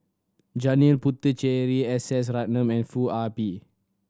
Janil Puthucheary S S Ratnam and Foo Ah Bee